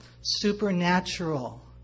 supernatural